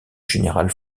général